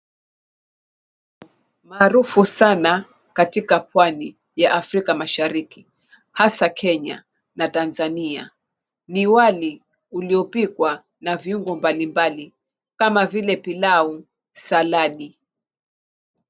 Maarufu saana kati Pwani ya Afrika Mashariki hasa Kenya na Tanzania ni wali uliopikwa na viungo na viungo mbali mbali kama vile pilau saladi.